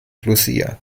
lucia